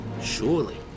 Surely